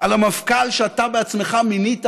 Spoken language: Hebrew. על המפכ"ל שאתה בעצמך מינית,